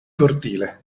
cortile